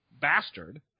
bastard